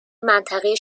منطقه